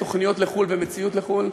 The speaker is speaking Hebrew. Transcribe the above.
תוכניות לחוד ומציאות לחוד,